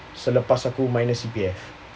selepas minus C_P_F